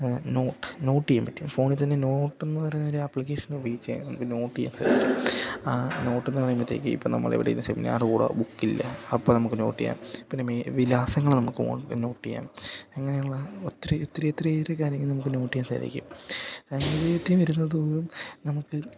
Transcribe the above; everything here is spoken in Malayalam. നോട്ട് ചെയ്യാൻ പറ്റും ഫോണിൽ തന്നെ നോട്ട് എന്ന് പറയുന്ന ഒരു ആപ്ലിക്കേഷൻ ഉപയോഗിച്ച് നമുക്ക് നോട്ട് ചെയ്യാൻ സാധിക്കും ആ നോട്ട് എന്ന് പറയുമ്പത്തേക്ക് ഇപ്പം നമ്മൾ ഇവിടെയിരുന്ന് സെമിനാർ കൂടാൻ ബുക്കില്ല അപ്പം നമുക്ക് നോട്ട് ചെയ്യാം പിന്നെ വിലാസങ്ങൾ നമുക്ക് നോട്ട് ചെയ്യാം അങ്ങനെയുള്ള ഒത്തിരി ഒത്തിരിയൊത്തിരിയേറെ കാര്യങ്ങൾ നമുക്ക് നോട്ട് ചെയ്യാൻ സാധിക്കും സാങ്കേതികവിദ്യ വരുന്നതുപോലും നമുക്ക്